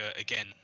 again